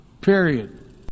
period